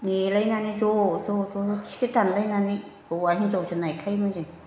नेलायनानै ज' ज' ज' ज' टिकेट दानलायनानै हौवा हिनजावसो नायखायोमोन जों